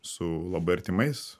su labai artimais